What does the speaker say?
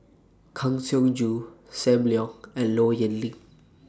Kang Siong Joo SAM Leong and Low Yen Ling